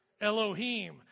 Elohim